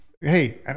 hey